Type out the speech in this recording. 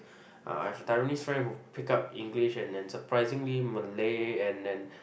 uh I have a Taiwanese friend who pick up English and and surprisingly Malay and and